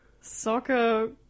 Soccer